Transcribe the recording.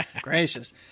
gracious